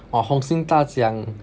!wah! 红心大奖